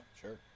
sure